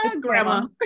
grandma